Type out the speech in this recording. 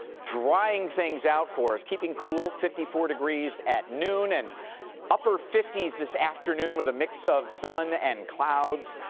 drying things out for us, keeping cool, fifty four degrees at noon and upper fifty s this afternoon with a mix of sun and clouds.